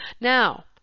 Now